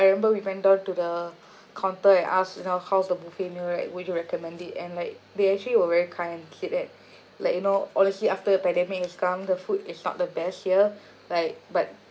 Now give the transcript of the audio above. I remember we went down to the counter and ask you know how's the buffet meal right would you recommend it and like they actually were very kind and said that like you know honestly after the pandemic has come the food is not the best here like but